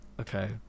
okay